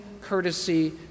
courtesy